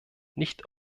nicht